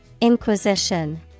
Inquisition